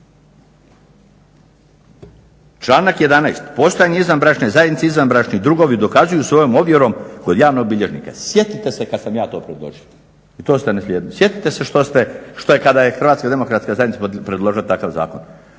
Članak 11. postojanje izvanbračne zajednice izvanbračni drugovi dokazuju svojom ovjerom kod javnog bilježnika. Sjetite se kad sam ja to predložio i to ste naslijedili. Sjetite se što kada je HDZ predložila takav zakon.